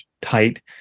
tight